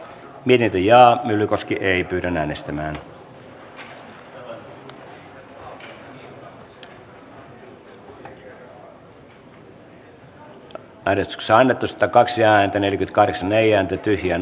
jari myllykoski on harry wallinin kannattamana ehdottanut että pykälä hyväksytään edustajille jaetun muutosehdotuksen mukaisena